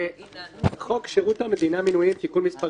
"חוק שירות המדינה (מינויים) (תיקון מס'